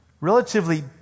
relatively